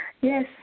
Yes